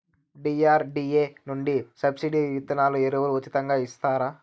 DRDA నుండి subsidy విత్తనాలు ఎరువులు ఉచితంగా ఇచ్చారా?